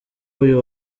uyu